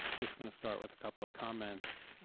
just going to start with a couple of comments.